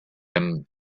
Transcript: him